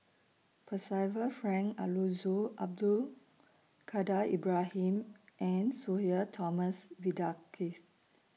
Percival Frank Aroozoo Abdul Kadir Ibrahim and Sudhir Thomas Vadaketh